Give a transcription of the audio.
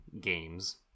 games